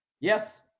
Yes